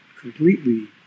completely